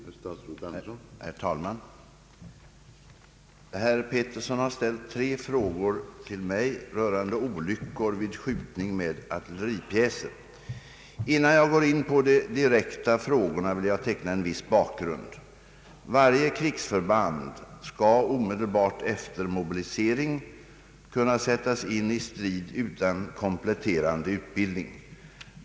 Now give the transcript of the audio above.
Herr talman! Herr Pettersson har ställt tre frågor till mig rörande olyckor vid skjutning med artilleripjäser. Innan jag går in på de direkta frågorna vill jag teckna en viss bakgrund. Varje krigsförband skall omedelbart efter mobilisering kunna sättas in i strid utan kompletterande utbildning.